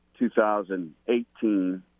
2018